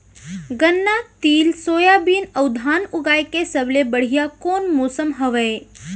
गन्ना, तिल, सोयाबीन अऊ धान उगाए के सबले बढ़िया कोन मौसम हवये?